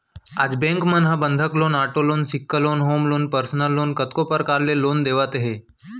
आज बेंक मन ह बंधक लोन, आटो लोन, सिक्छा loan, home loan, personal loan कतको परकार ले लोन देवत हे